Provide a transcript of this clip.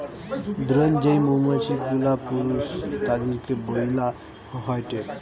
drone যেই মৌমাছি গুলা পুরুষ তাদিরকে বইলা হয়টে